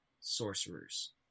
sorcerers